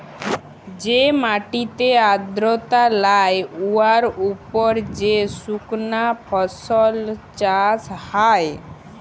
যে মাটিতে আর্দ্রতা লাই উয়ার উপর যে সুকনা ফসল চাষ হ্যয়